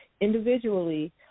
individually